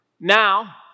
now